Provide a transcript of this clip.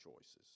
choices